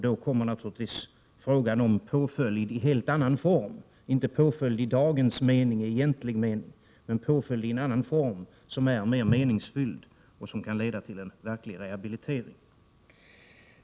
Då kommer naturligtvis frågan upp om påföljd i en helt annan form -— inte en påföljd i dagens egentliga mening utan en påföljd i en annan form som är mer meningsfylld och som kan leda till en verklig rehabilitering.